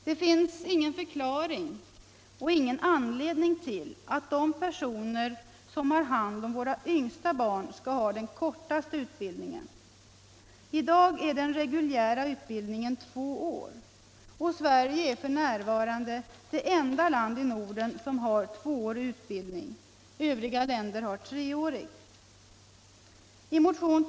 Det finns ingen förklaring och ingen anledning till att de personer som har hand om våra yngsta barn skall ha den kortaste utbildningen. I dag är den reguljära utbildningen tvåårig. Sverige är f. n. det enda land i Norden som har tvåårig utbildning; övriga länder har treårig utbildning.